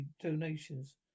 donations